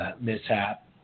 mishap